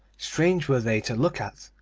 strange were they to look at,